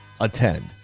attend